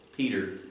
Peter